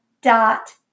dot